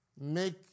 make